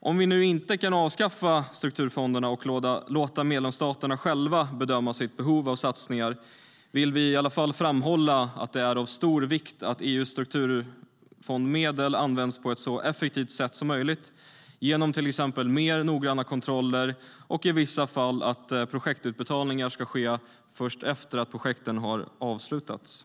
Om vi inte kan avskaffa strukturfonderna och låta medlemsstaterna själva bedöma sina behov av satsningar vill vi i alla fall framhålla att det är av stor vikt att EU:s strukturfondmedel används på ett så effektivt sätt som möjligt, till exempel genom mer noggranna kontroller och genom att projektutbetalningar i vissa fall ska ske först efter att projekten har avslutats.